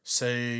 say